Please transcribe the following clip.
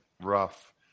rough